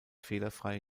fehlerfrei